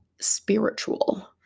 spiritual